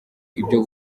ibyo